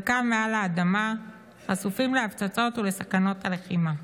חלקם מעל האדמה חשופים להפצצות ולסכנות הלחימה.